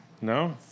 No